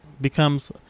becomes